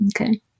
okay